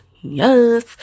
Yes